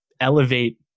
elevate